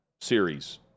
series